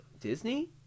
Disney